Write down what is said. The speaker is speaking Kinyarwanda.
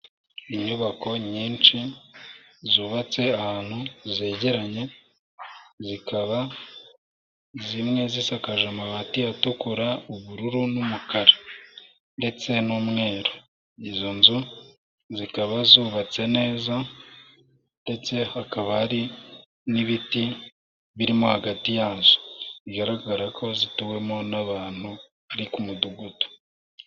Inyubako nyinshi zubatse ahantu zegeranye zikaba zimwe zisakaje amabati atukura, ubururu n'umukara ndetse n'umweru. Izo nzu zikaba zubatse neza ndetse hakaba hari n'ibiti birimo hagati yazo bigaragara ko zituwemo n'abantu ari ku mudugudu.